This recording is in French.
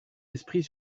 esprit